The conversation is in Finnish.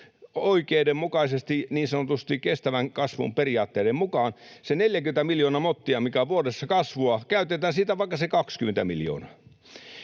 oikeudenmukaisesti, niin sanotusti kestävän kasvun periaatteiden mukaan. Käytetään siitä 40 miljoonasta motista, mikä on vuodessa kasvua, vaikka 20 miljoonaa.